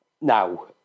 now